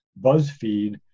BuzzFeed